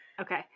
Okay